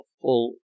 full